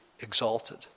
exalted